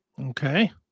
Okay